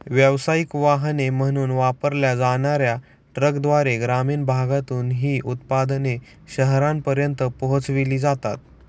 व्यावसायिक वाहने म्हणून वापरल्या जाणार्या ट्रकद्वारे ग्रामीण भागातून ही उत्पादने शहरांपर्यंत पोहोचविली जातात